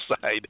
side